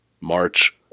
March